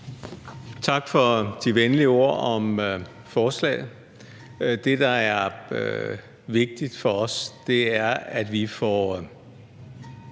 Tak for de venlige ord om forslaget. Det, der er vigtigt for os, er, at vi får